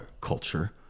culture